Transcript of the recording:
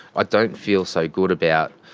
i don't feel so good about.